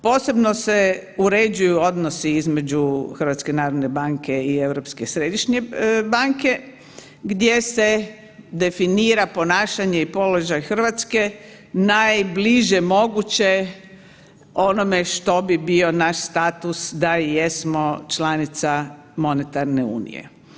Posebno se uređuju odnosi između HNB-a i Europske središnje banke gdje se definira ponašanje i položaj Hrvatske najbliže moguće onome što bi bio naš status da jesmo članica monetarne unije.